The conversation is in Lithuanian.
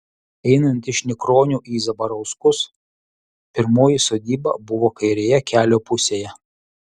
einant iš nikronių į zabarauskus pirmoji sodyba buvo kairėje kelio pusėje